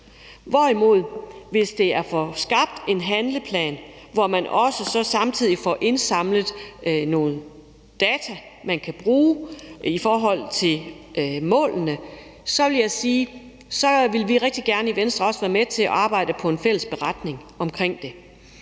derimod er at få skabt en handleplan, hvor man også samtidig får indsamlet nogle data, man kan bruge i forhold til målene, vil jeg sige, at så vil vi i Venstre også rigtig gerne være med til at arbejde på en fælles beretning omkring det.